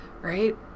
right